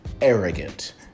arrogant